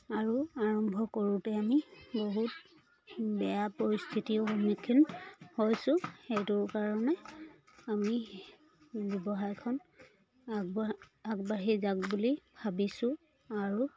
আৰু আৰম্ভ কৰোঁতে আমি বহুত বেয়া পৰিস্থিতিও সন্মুখীন হৈছোঁ সেইটোৰ কাৰণে আমি ব্যৱসায়খন আগবঢ় আগবাঢ়ি যাক বুলি ভাবিছো আৰু